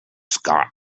scott